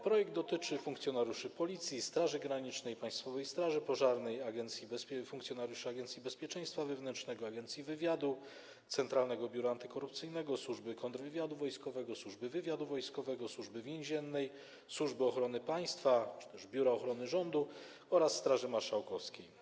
Projekt dotyczy funkcjonariuszy Policji, Straży Granicznej, Państwowej Straży Pożarnej, Agencji Bezpieczeństwa Wewnętrznego, Agencji Wywiadu, Centralnego Biura Antykorupcyjnego, Służby Kontrwywiadu Wojskowego, Służby Wywiadu Wojskowego, Służby Więziennej, Służby Ochrony Państwa czy też Biura Ochrony Rządu oraz Straży Marszałkowskiej.